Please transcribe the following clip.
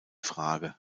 frage